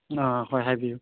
ꯑꯥ ꯍꯣꯏ ꯍꯥꯏꯕꯤꯎ